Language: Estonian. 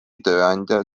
tööandja